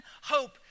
hope